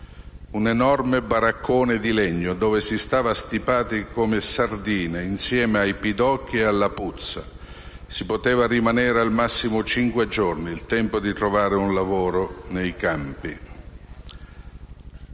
un enorme baraccone di legno, dove si stava stipati come sardine insieme ai pidocchi e alla puzza. Si poteva rimanere al massimo cinque giorni, il tempo di trovare un lavoro in città